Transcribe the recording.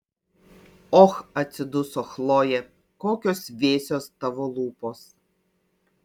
och atsiduso chlojė kokios vėsios tavo lūpos